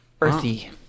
earthy